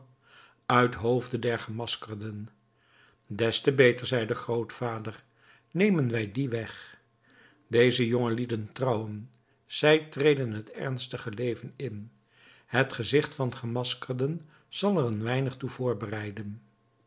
uithoofde der gemaskerden des te beter zei de grootvader nemen wij dien weg deze jongelieden trouwen zij treden het ernstige leven in het gezicht van gemaskerden zal er een weinig toe voorbereiden